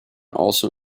also